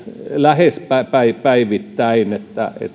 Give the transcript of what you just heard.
lähes päivittäin